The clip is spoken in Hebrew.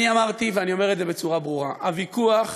אמרתי ואני אומר את זה בצורה ברורה: הוויכוח